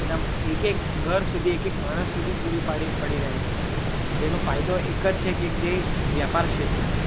બધા એક એક ઘર સુધી એક એક માણસ સુધી પૂરી પાડી પડી રહે છે જેનો ફાયદો એક જ છે કે જે વ્યાપાર ક્ષેત્ર છે